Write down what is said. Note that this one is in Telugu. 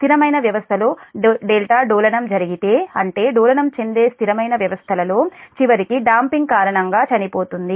స్థిరమైన వ్యవస్థలో డోలనం జరిగితే అంటే డోలనం చెందే స్థిరమైన వ్యవస్థలలో చివరికి డాoపింగ్ కారణంగా చనిపోతుంది